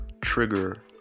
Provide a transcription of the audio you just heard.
trigger